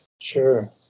Sure